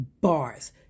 Bars